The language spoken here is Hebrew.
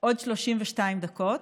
עוד 32 דקות.